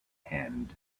hand